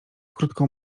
krótką